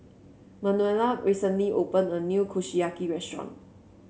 Manuela recently opened a new Kushiyaki restaurant